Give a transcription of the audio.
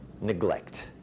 neglect